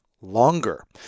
longer